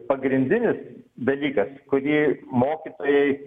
pagrindinis dalykas kurį mokytojai